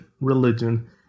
religion